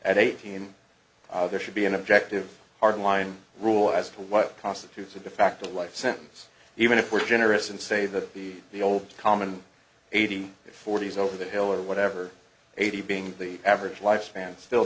at eighteen there should be an objective hard line rule as to what constitutes a de facto life sentence even if we're generous and say that the the old common eighty forty is over the hill or whatever eighty being the average lifespan still